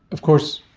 of course,